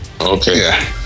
Okay